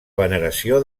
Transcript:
veneració